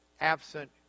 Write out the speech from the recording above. absent